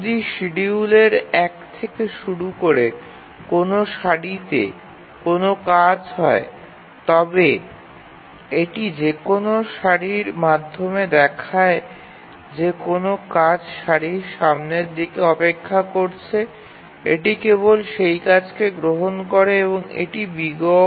যদি শিডিউলের এক থেকে শুরু করে কোনও সারিতে কোনও কাজ হয় তবে এটি যে কোনও সারির মাধ্যমে দেখায় যে কোন কাজ সারির সামনের দিকে অপেক্ষা করছে এটি কেবল সেই কাজকে গ্রহণ করে এবং এটি O